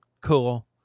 Cool